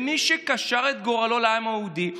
מי שקשר את גורלו עם העם היהודי,